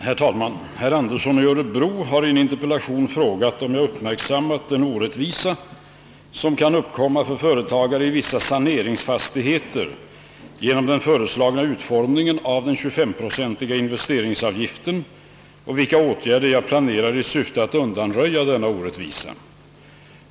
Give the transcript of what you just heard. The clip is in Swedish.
Herr talman! Herr Andersson i Örebro har i en interpellation frågat, om jag uppmärksammat den orättvisa som kan uppkomma för företagare i vissa saneringsfastigheter genom den föreslagna utformningen av den 25-procentiga investeringsavgiften och vilka åtgärder jag planerar i syfte att undanröja denna orättvisa.